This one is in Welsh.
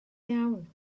iawn